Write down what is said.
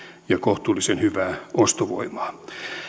ja toisaalta kohtuullisen hyvää ostovoimaa